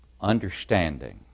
understanding